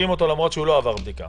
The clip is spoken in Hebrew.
למרות שהוא לא עבר בדיקה,